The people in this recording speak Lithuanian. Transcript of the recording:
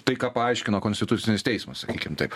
tai ką paaiškino konstitucinis teismas sakykim taip